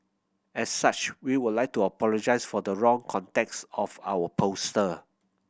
as such we would like to apologise for the wrong context of our poster